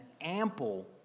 ample